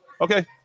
Okay